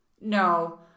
no